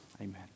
Amen